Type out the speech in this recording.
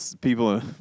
people